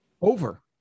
over